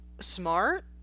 smart